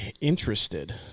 Interested